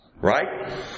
Right